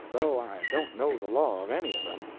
though i don't know the law of any of them.